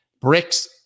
bricks